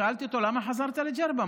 שאלתי אותו: למה חזרת לג'רבה?